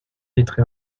etre